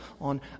on